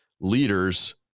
leaders